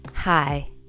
Hi